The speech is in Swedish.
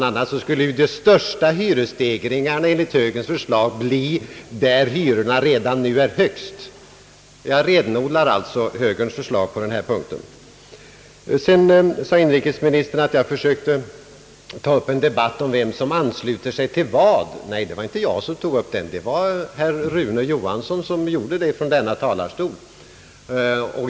a. skulle de största hyresstegringarna enligt högerns förslag bli där hyrorna redan nu är högst — jag renodlar högerns förslag på denna punkt. Inrikesministern sade att jag försökte ta upp en debatt om vem som ansluter sig till vad. Det var inte jag som tog upp den debatten, utan det var herr Rune Johansson som gjorde det från denna talarstol.